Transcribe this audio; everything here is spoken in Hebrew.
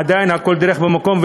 עדיין הכול דורך במקום,